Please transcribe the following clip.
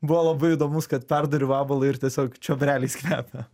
buvo labai įdomus kad perduri vabalą ir tiesiog čiobreliais kvepia